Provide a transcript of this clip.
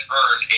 earn